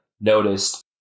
noticed